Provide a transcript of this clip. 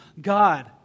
God